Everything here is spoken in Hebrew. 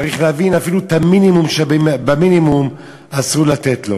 צריך להבין שאפילו את המינימום שבמינימום אסור לתת לו.